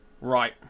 Right